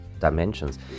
dimensions